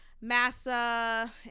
Massa